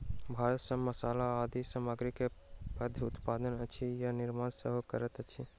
भारत मसाला आदि सामग्री के पैघ उत्पादक अछि आ निर्यात सेहो करैत अछि